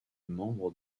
membre